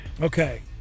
Okay